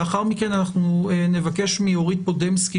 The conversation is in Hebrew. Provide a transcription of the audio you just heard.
לאחר מכן אנחנו נבקש מאורית פודמסקי,